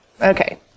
Okay